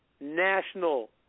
national